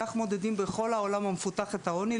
כך מודדים בכל העולם המפותח את העוני,